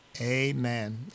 Amen